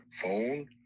phone